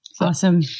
Awesome